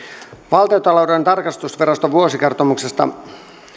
valtiontalouden tarkastusviraston vuosikertomuksesta